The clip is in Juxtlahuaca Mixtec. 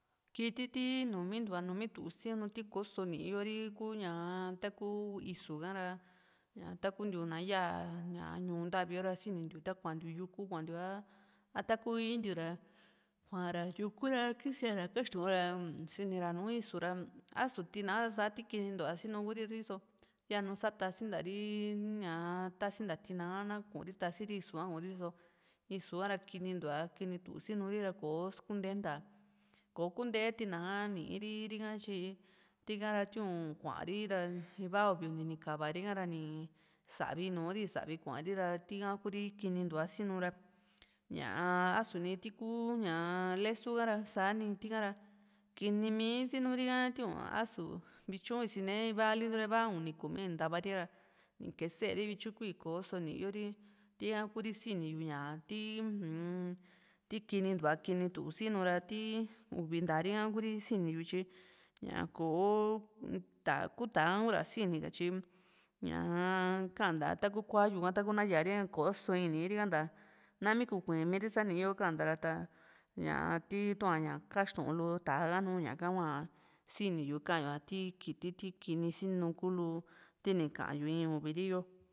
kiti ti numintuva nimitú sinu ti kósi nii yo´ri kuu ña taku isu ka ra takuntiu na yaa ña ñuu ntavi yo ra ta sanintiu takuantiu yuku kuantiu ra a ta kuu íntiura kua´ra yuku ra kísia ra kaxtuun ra nisira nùù isu ra a´su tina a ra sa tikini ntuva sinu Kuri riso yanu sátasinta ri ñaa tásinta tina ka na Kuri tasiri isu kuuri riso isu ka ra kinintuva kini tu sinuri ra ko´so kunteenta kò´o kunte tina ka nii ri ri´ka tyi tika ra tiuun kua´ri ra iva uvi ni ka´va ri ha´ra ni sávi nu´ri sa´vikua´ri ra tika Kuri kinintuva sinu ra ñaa a´su ni tii kú ñaa lesu ka ra sani tika ra kiini mi sinuri ka tiun a´su vityu isine ivali iva uni kumi ni nta´va ri in kee´se ri vityu kuii ko´so nii´yo ri tyi tika Kuri sini yu ñaa ti u-m tikinintuva kinitu sinu ra ti uvi ntari kla Kuri sini yu tyi ña kò´o ta ta ku tá´a ka kura sini ka tyi ñaa kaa´nta taku kua´yu ka taku na yaap ri ka ra koo´so in niiri ka nta nam,i kukui´mi ri sa niiyo ri ka´nta ra ñaa ti tuaña kaxtuu´n lu tá´a ka nùù ñaka hua sini yu kaa´yu si kiti ti kiní sinu kulu ti ni kaa´yu in uvi ri yo